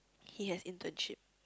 he has internship